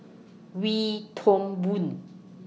Wee Toon Boon